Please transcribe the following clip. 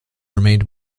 remained